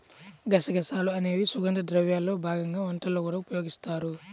గసగసాలు అనేవి సుగంధ ద్రవ్యాల్లో భాగంగా వంటల్లో కూడా ఉపయోగిస్తారు